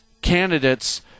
candidates